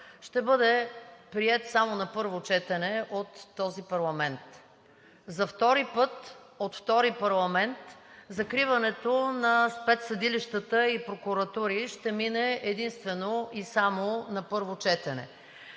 ще бъде приет само на първо четене от този парламент. За втори път – от втори парламент, закриването на спецсъдилищата и прокуратури ще мине единствено и само на първо четене.